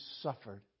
suffered